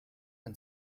and